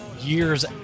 years—